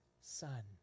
Son